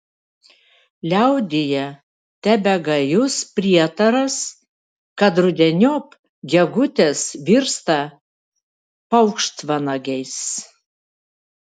liaudyje tebegajus prietaras kad rudeniop gegutės virsta paukštvanagiais